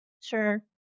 Sure